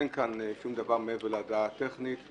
אין כאן שום דבר מעבר להודעה הטכנית.